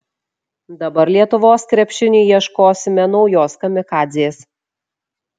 dabar lietuvos krepšiniui ieškosime naujos kamikadzės